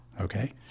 Okay